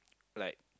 like